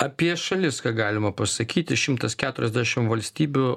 apie šalis ką galima pasakyti šimtas keturiasdešimt valstybių